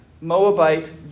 Moabite